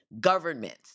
governments